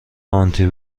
آنتی